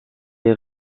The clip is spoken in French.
est